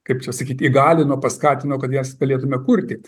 kaip čia sakyt įgalino paskatino kad jas galėtume kurti